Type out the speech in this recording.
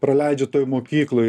praleidžia toj mokykloj